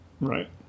Right